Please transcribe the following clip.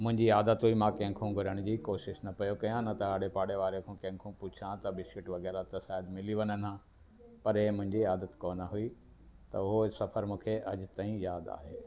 मुंहिंजी आदत हुई मां कंहिं खां घुरण जी कोशिश न पियो कयां न त आड़े पाड़े वारे खां कंहिं खां पुछां हां त बिस्कीट वग़ैरह त शायदि मिली वञनि हां पर हे मुंहिंजी आदत कोन हुई त हो सफर मूंखे अॼु ताईं यादि आहे